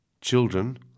Children